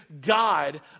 god